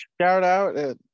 shout-out